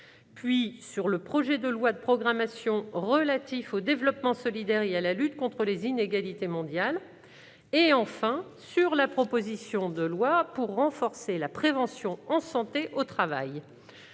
», sur le projet de loi de programmation relatif au développement solidaire et à la lutte contre les inégalités mondiales et sur la proposition de loi pour renforcer la prévention en santé au travail,